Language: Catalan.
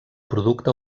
producte